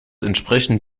entsprechend